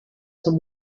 son